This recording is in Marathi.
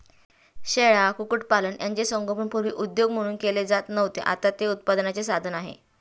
शेळ्या, कुक्कुटपालन यांचे संगोपन पूर्वी उद्योग म्हणून केले जात नव्हते, आता ते उत्पन्नाचे साधन आहे